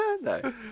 No